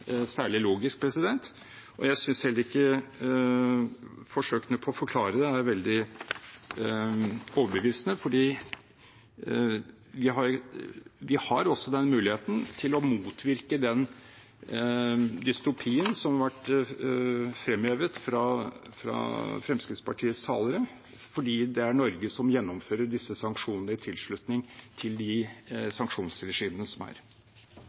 særlig logisk. Jeg synes heller ikke forsøkene på å forklare det er veldig overbevisende, for vi har muligheten til å motvirke den dystopien som har vært fremhevet av Fremskrittspartiets talere, fordi det er Norge som gjennomfører disse sanksjonene, i tilslutning til de sanksjonsregimene som er. Flere har ikke bedt om ordet til sak nr. 1. «All makt i denne sal» er